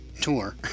tour